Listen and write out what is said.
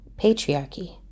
Patriarchy